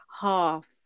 half